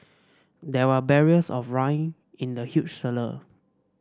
there were barrels of wine in the huge cellar